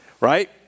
Right